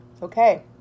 Okay